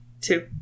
Two